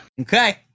Okay